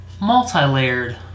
multi-layered